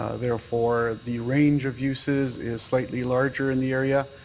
ah therefore, the range of uses is slightly larger in the area,